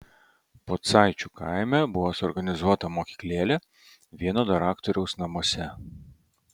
pocaičių kaime buvo suorganizuota mokyklėlė vieno daraktoriaus namuose